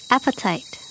Appetite